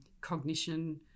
cognition